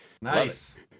Nice